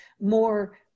more